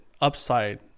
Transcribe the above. upside